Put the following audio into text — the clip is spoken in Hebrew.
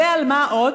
ועל מה עוד?